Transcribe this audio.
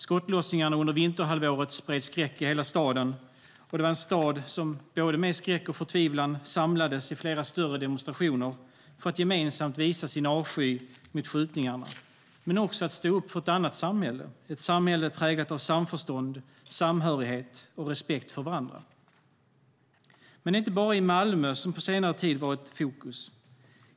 Skottlossningarna under vinterhalvåret spred skräck i hela staden, och det var en stad som med både skräck och förtvivlan samlades i flera större demonstrationer för att gemensamt visa sin avsky mot skjutningarna men också för att stå upp för ett annat samhälle, ett samhälle präglat av samförstånd, samhörighet och respekt för varandra. Men det är inte bara Malmö som på senare tid har varit i fokus.